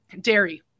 dairy